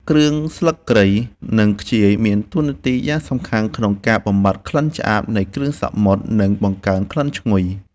គ្រឿងស្លឹកគ្រៃនិងខ្ជាយមានតួនាទីយ៉ាងសំខាន់ក្នុងការបំបាត់ក្លិនឆ្អាបនៃគ្រឿងសមុទ្រនិងបង្កើនក្លិនឈ្ងុយ។